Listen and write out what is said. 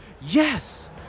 yes